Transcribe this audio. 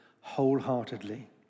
wholeheartedly